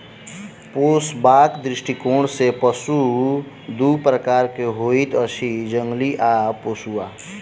पोसबाक दृष्टिकोण सॅ पशु दू प्रकारक होइत अछि, जंगली आ पोसुआ